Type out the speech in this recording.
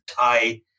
tight